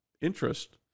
interest